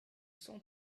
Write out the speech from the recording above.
sans